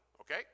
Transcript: okay